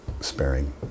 sparing